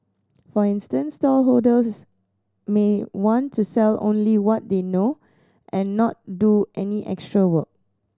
for instance stallholders may want to sell only what they know and not do any extra work